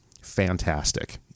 Fantastic